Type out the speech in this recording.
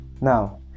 Now